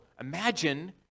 Imagine